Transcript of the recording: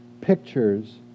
pictures